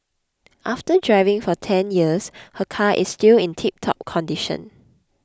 after driving for ten years her car is still in tiptop condition